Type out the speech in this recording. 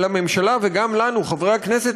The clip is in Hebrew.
וגם לנו חברי הכנסת,